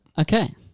Okay